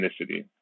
ethnicity